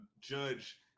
judge